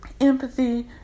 empathy